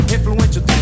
Influential